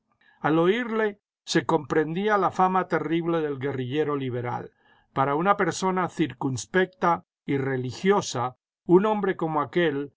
al oirle se comprendía la fama terrible del guerrillero liberal para una persona circunspecta y religiosa un hombre como aquél